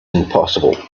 impossible